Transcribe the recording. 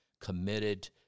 committed